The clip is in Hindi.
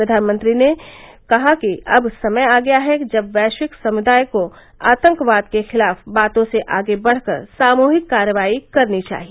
प्रधानमंत्री नरेन्द्र मोदी ने कहा है कि अब समय आ गया है जब वैश्विक समुदाय को आतंकवाद के खिलाफ बातों से आगे बढ़कर सामूहिक कार्रवाई करनी चाहिए